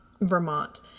Vermont